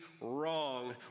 wrong